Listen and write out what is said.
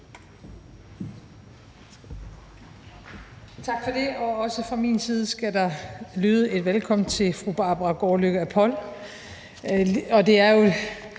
Tak for det, og også fra min side skal der lyde et velkommen til fru Barbara Gaardlykke Apol. Det er jo